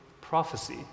prophecy